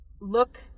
look